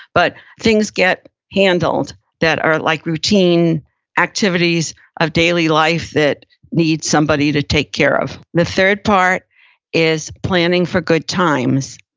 but things get handled that are like routine activities of daily life that needs somebody to take care of. the third part is planning for good times.